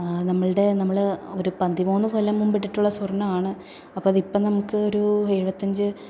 നമ്മളുടെ നമ്മൾ ഒരു പതിമൂന്നു കൊല്ലം മുമ്പ് ഇട്ടിട്ടുള്ള സ്വർണ്ണമാണ് അപ്പം അതിപ്പം നമുക്ക് ഒരു എഴുപത്തഞ്ച്